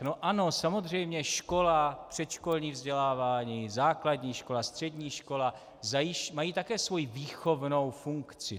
No ano, samozřejmě škola, předškolní vzdělávání, základní škola, střední škola, mají také svoji výchovnou funkci.